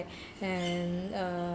and uh